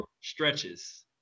stretches